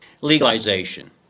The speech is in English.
Legalization